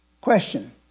Question